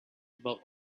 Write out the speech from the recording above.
about